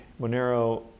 Monero